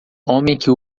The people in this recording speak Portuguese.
que